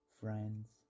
Friends